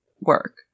work